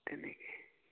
তেনেকে